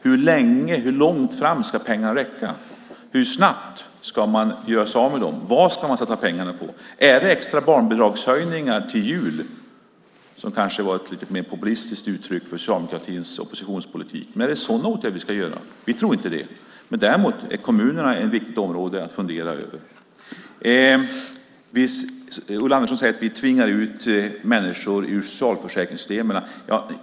Hur länge ska pengarna räcka? Hur snabbt ska man göra sig av med dem? Vad ska man lägga pengarna på? Är det extra barnbidragshöjningar till jul? Det kanske var ett mer populistiskt uttryck för Socialdemokraternas oppositionspolitik. Är det sådana åtgärder vi ska vidta? Vi tror inte det. Kommunerna är däremot ett viktigt område att fundera över. Ulla Andersson säger att vi tvingar ut människor ur socialförsäkringssystemen.